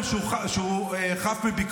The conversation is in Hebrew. מה זה אומר, שהוא חף מביקורת?